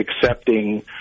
accepting